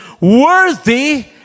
Worthy